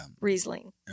riesling